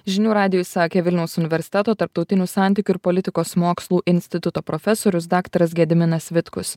žinių radijui sakė vilniaus universiteto tarptautinių santykių ir politikos mokslų instituto profesorius daktaras gediminas vitkus